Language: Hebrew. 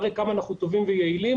מראה כמה אנחנו טובים ויעילים.